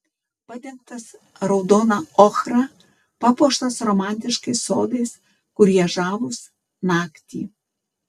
padengtas raudona ochra papuoštas romantiškais sodais kurie žavūs naktį